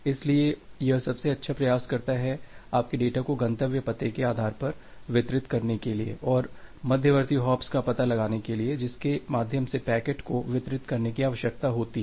इसलिए यह सबसे अच्छा प्रयास करता है आपके डेटा को गंतव्य पते के आधार पर वितरित करने के लिए और मध्यवर्ती हॉप्स का पता लगाने के लिए जिसके माध्यम से पैकेट को वितरित करने की आवश्यकता होती है